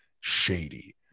shady